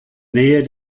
nähe